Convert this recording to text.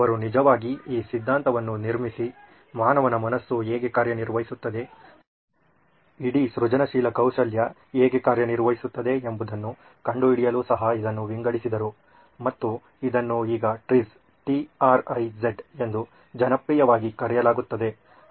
ಅವರು ನಿಜವಾಗಿ ಈ ಸಿದ್ಧಾಂತವನ್ನು ನಿರ್ಮಿಸಿ ಮಾನವನ ಮನಸ್ಸು ಹೇಗೆ ಕಾರ್ಯ ನಿರ್ವಹಿಸುತ್ತದೆ ಇಡೀ ಸೃಜನಶೀಲ ಕೌಶಲ್ಯ ಹೇಗೆ ಕಾರ್ಯನಿರ್ವಹಿಸುತ್ತದೆ ಎಂಬುದನ್ನು ಕಂಡುಹಿಡಿಯಲು ಸಹ ಇದನ್ನು ವಿಂಗಡಿಸಿದರು ಮತ್ತು ಇದನ್ನು ಈಗ TRIZ T R I Z ಎಂದು ಜನಪ್ರಿಯವಾಗಿ ಕರೆಯಲಾಗುತ್ತದೆ